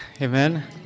Amen